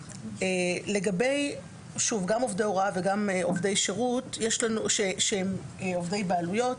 לגבי עובדי הוראה וגם עובדי שירות שהם עובדי בעלויות